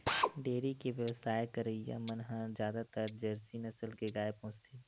dairy के बेवसाय करइया मन ह जादातर जरसी नसल के गाय पोसथे